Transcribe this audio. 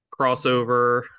crossover